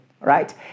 Right